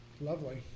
Lovely